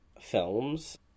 films